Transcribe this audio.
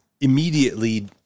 immediately